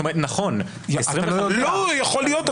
נכון, 25% שילמו --- לא, יכול להיות.